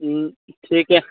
ठीक हइ